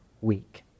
week